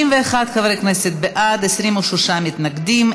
51 חברי כנסת בעד, 23 מתנגדים.